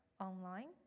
online